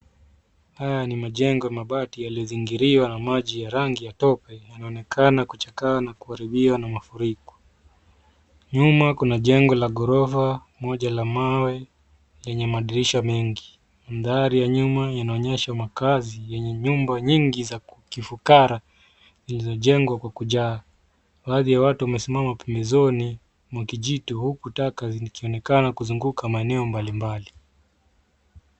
Haya ni majengo mabati yaliyozingiriwa na maji ya rangi ya tope na inaonekana kuchakaa na kuharibiwa na mafuriko. Nyuma kuna jengo la ghorofa, moja la mawe yenye madirisha mengi. Mandhari ya nyuma inaonyesha makaazi yenye nyumba nyingi za kifukara zilizojengwa kwa kujaa. Baadhi ya watu wamesimama pembezoni mwa kijito, huku taka zikionekana kuzunguka maeneo mbali mbali.